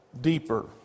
deeper